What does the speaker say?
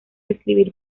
escribir